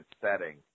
setting